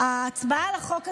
ההצבעה על החוק הזה,